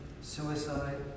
suicide